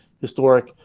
historic